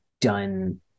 done